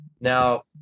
Now